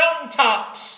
mountaintops